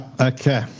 Okay